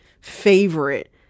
favorite